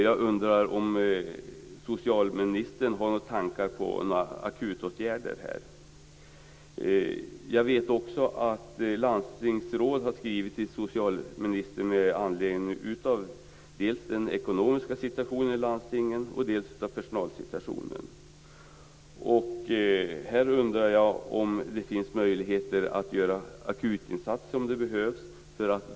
Jag undrar om socialministern har några tankar på några akutåtgärder i det avseendet. Landstingsrådet har skrivit till socialministern med anledning av dels den ekonomiska situationen i landstinget, dels personalsituationen. Här undrar jag om det finns möjlighet att göra akutinsatser om det behövs.